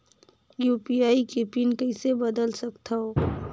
UPI के PIN कइसे बदल सकथव?